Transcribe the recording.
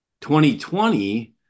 2020